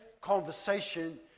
conversation